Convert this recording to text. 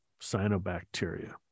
cyanobacteria